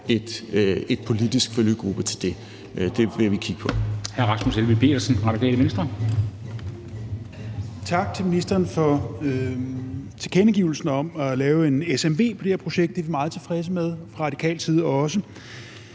en politisk følgegruppe af det. Det vil vi kigge på.